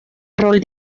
rol